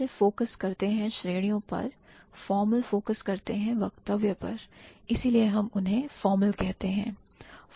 Substantive focus करते हैं श्रेणियों पर formal फोकस करते हैं वक्तव्य पर इसीलिए हम उन्हें formal कहते हैं